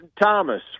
Thomas